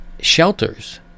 shelters